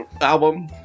album